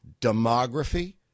Demography